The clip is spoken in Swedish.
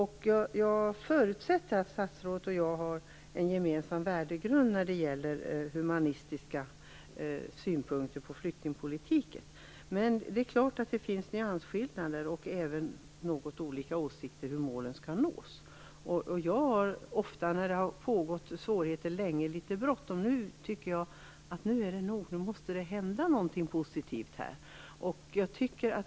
Jag förutsätter att statsrådet och jag har en gemensam värdegrund när det gäller humanistiska synpunkter på flyktingpolitiken. Men det är klart att det finns nyansskillnader och även något olika åsikter om hur målen skall nås. När svårigheter har pågått länge får jag ofta litet bråttom, och nu tycker jag att det är nog och att det måste hända någonting positivt här.